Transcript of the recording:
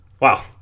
Wow